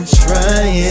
trying